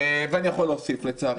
ואני יכול להוסיף, לצערי הרב.